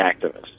activists